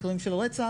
מקרים של רצח.